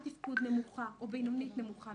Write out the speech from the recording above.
נמוכה או בינונית-נמוכה,